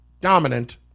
dominant